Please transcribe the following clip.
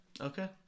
Okay